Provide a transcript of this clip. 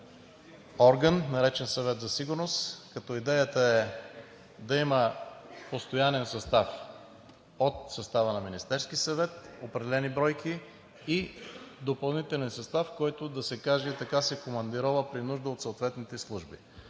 орган, наречен Съвет за сигурност, като идеята е да има постоянен състав от състава на Министерския съвет – определени бройки, и допълнителен състав, който, да се каже така, се командирова при нужда от съответните служби,